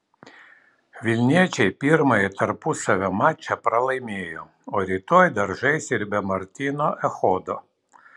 vilniečiai pirmąjį tarpusavio mačą pralaimėjo o rytoj dar žais ir be martyno echodo